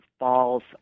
falls